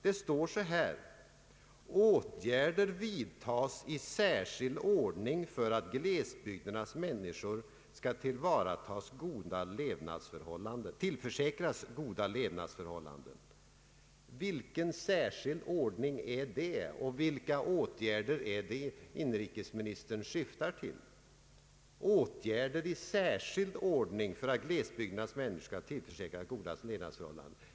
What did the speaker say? Det står så här: ”Åtgärder vidtas i särskild ordning för att glesbygdernas människor skall tillförsäkras goda levnadsförhållanden.” Vilken särskild ordning är det och vilka åtgärder är det inrikesministern syftar till?